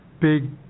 big